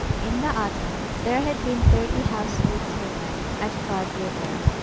in the autumn there had been thirty household servants at frod river,